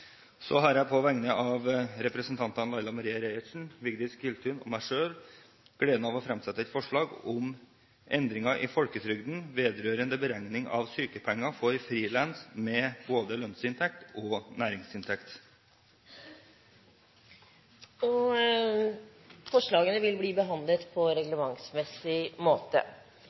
På vegne av representantene Laila Marie Reiertsen, Vigdis Giltun og meg selv har jeg gleden av å fremsette et representantforslag om endringer i folketrygdloven vedrørende beregning av sykepenger for frilansere med både lønnsinntekt og næringsinntekt. Forslagene vil bli behandlet på reglementsmessig måte.